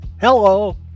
Hello